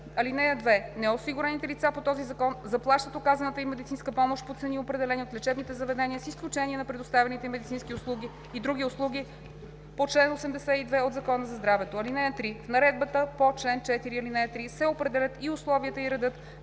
(2) Неосигурените лица по този закон заплащат оказаната им медицинска помощ по цени, определени от лечебните заведения, с изключение на предоставяните им медицински и други услуги по чл. 82 от Закона за здравето. (3) В наредбата по чл. 4, ал. 3 се определят и условията и редът